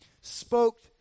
spoke